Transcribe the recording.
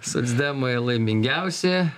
socdemai laimingiausi